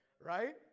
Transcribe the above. right